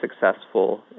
successful